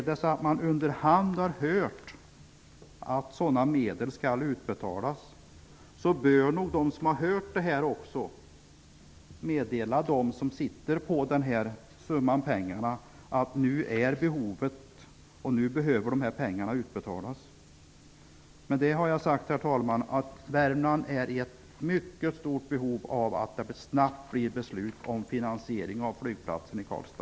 De som under hand har hört att sådana medel skall utbetalas bör meddela dem som sitter på pengarna att behovet finns och att pengarna måste utbetalas. Herr talman! Värmland är i mycket stort behov av att det snabbt fattas beslut om finansieringen av flygplatsen i Karlstad.